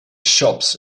shops